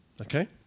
okay